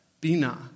bina